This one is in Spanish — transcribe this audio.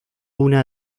una